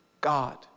God